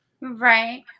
Right